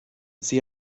sie